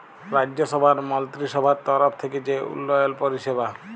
রাজ্যসভার মলত্রিসভার তরফ থ্যাইকে যে উল্ল্যয়ল পরিষেবা